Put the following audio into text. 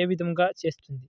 ఏ విధముగా చేస్తుంది?